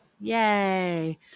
Yay